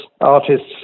artists